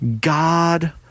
God